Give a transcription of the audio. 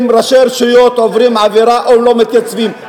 אם ראשי הרשויות עוברים עבירה או לא מתייצבים?